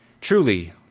Truly